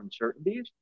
uncertainties